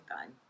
time